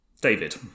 David